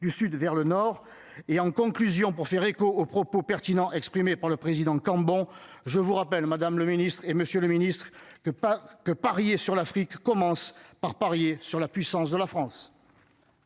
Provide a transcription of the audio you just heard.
du sud vers le nord et en conclusion pour faire écho aux propos pertinents exprimée par le président Cambon. Je vous rappelle Madame le Ministre et Monsieur le Ministre, que pas que parier sur l'Afrique commence par parier sur la puissance de la France.